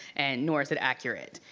and nor is it accurate.